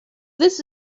this